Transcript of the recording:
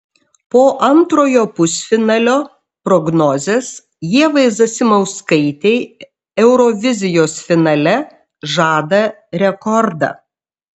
po antrojo pusfinalio prognozės ievai zasimauskaitei eurovizijos finale žada rekordą